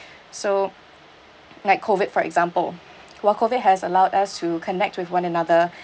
so like COVID for example while COVID has allowed us to connect with one another